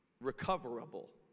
recoverable